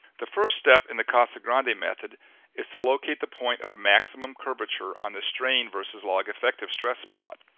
the first step in the casagrande method is to locate the point of maximum curvature on the strain versus log effective stress plot.